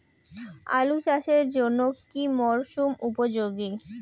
আলু চাষের জন্য কি মরসুম উপযোগী?